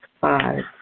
five